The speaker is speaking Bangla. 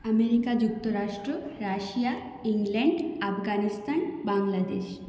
আমেরিকা যুক্তরাষ্ট্র রাশিয়া ইংল্যান্ড আফগানিস্তান বাংলাদেশ